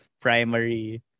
primary